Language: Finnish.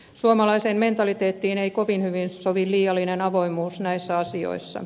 suomalaiseen mentaliteettiin ei kovin hyvin sovi liiallinen avoimuus näissä asioissa